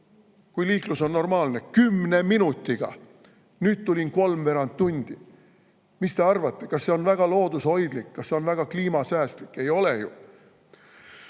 kui liiklus on normaalne, siia kümne minutiga. Nüüd tulin kolmveerand tundi. Mis te arvate, kas see on väga loodushoidlik, kas see on väga kliimasäästlik? Ei ole ju!